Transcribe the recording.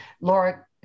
Laura